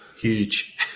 Huge